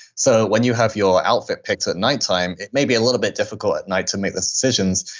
so when you have your outfit picked at night time, it may be a little bit difficult at night to make the decisions.